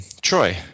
Troy